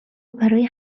برای